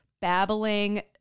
babbling